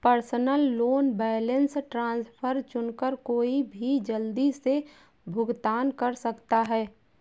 personal loan balance transfer चुनकर कोई भी जल्दी से भुगतान कर सकता है